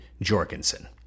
Jorgensen